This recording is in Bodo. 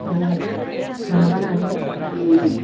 आरो माबानानै